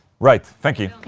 right, thank you.